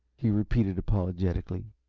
he repeated, apologetically.